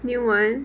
new [one]